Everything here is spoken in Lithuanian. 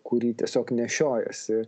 kurį tiesiog nešiojasi